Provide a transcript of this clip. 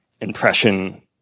impression